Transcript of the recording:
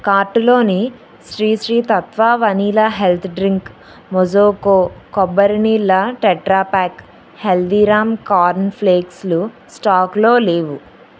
కార్టులోని Sri Sri Tattva vanilla health drink మొజోకో కొబ్బరి నీళ్ళ టెట్రా ప్యాక్ హల్దీరామ్ కార్న్ ఫ్లేక్స్లు స్టాకులో లేవు